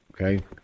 okay